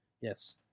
Yes